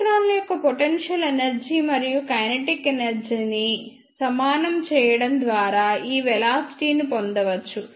ఎలక్ట్రాన్ల యొక్క potential energy మరియు కైనెటిక్ ఎనర్జీని సమానం చేయడం ద్వారా ఈ వెలాసిటీ ని పొందవచ్చు